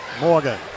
Morgan